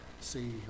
see